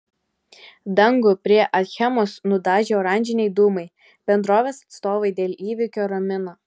dangų prie achemos nudažė oranžiniai dūmai bendrovės atstovai dėl įvykio ramina